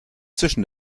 zwischen